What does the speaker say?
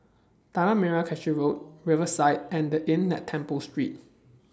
Tanah Merah Kechil Road Riverside and The Inn At Temple Street